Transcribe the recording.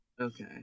Okay